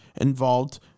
involved